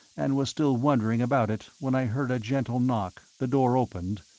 and was still wondering about it when i heard a gentle knock, the door opened,